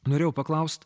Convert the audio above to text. norėjau paklaust